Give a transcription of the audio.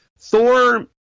Thor